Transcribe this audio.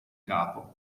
capo